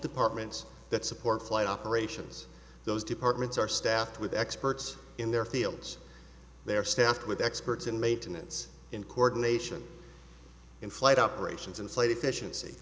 departments that support flight operations those departments are staffed with experts in their fields they are staffed with experts in maintenance in coordination in flight operations inside efficiency